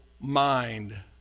mind